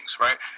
right